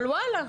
אבל ואלה,